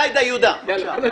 בבקשה.